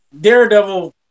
Daredevil